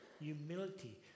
humility